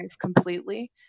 completely